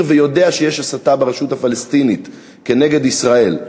ויודע שיש הסתה ברשות הפלסטינית נגד ישראל,